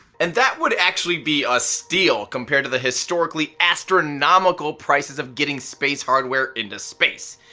and that would actually be a steal compared to the historically astronomical prices of getting space hardware into space.